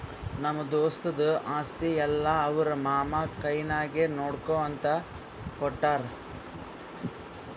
ನಮ್ಮ ದೋಸ್ತದು ಆಸ್ತಿ ಎಲ್ಲಾ ಅವ್ರ ಮಾಮಾ ಕೈನಾಗೆ ನೋಡ್ಕೋ ಅಂತ ಕೊಟ್ಟಾರ್